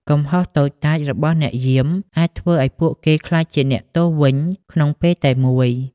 កំហុសតូចតាចរបស់អ្នកយាម អាចធ្វើឱ្យពួកគេក្លាយជាអ្នកទោសវិញក្នុងពេលតែមួយ។